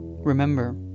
Remember